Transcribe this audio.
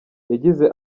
yagize